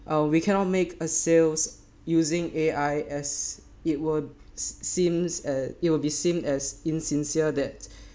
uh we cannot make a sales using A_I as it were seems a it will be seen as insincere that